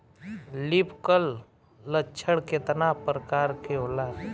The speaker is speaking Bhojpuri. लीफ कल लक्षण केतना परकार के होला?